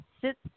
sit